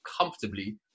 comfortably